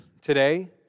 today